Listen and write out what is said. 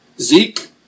Zeke